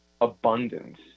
abundance